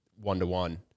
one-to-one